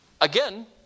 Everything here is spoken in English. Again